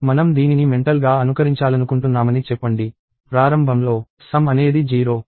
మనం దీనిని మెంటల్ గా అనుకరించాలనుకుంటున్నామని చెప్పండి ప్రారంభంలో సమ్ అనేది 0 మరియు k అనేది 1 గా ఉంటుంది